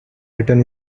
written